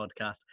podcast